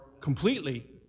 completely